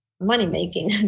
money-making